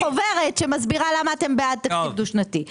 חוברת שמסבירה למה אתם בעד תקציב דו שנתי.